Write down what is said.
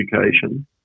education